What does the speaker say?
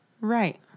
Right